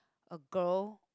a girl